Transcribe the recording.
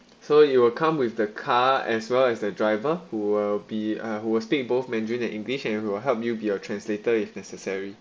so it will come with the car as well as the driver who will be uh who will speak in both mandarin and english and we will help you with a translator if necessary